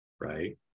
right